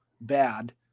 bad